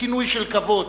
כינוי של כבוד